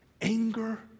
anger